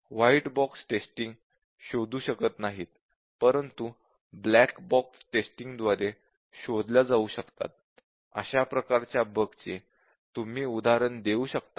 white box testing शोधू शकत नाही परंतु ब्लॅक बॉक्स टेस्टींगद्वारे शोधल्या जाऊ शकतात अशा प्रकारच्या बगचे तुम्ही उदाहरण देऊ शकता का